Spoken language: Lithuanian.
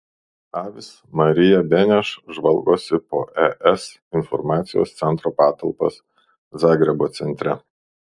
avis marija beneš žvalgosi po es informacijos centro patalpas zagrebo centre